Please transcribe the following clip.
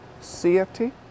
CFT